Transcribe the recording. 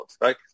right